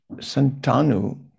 Santanu